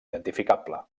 identificable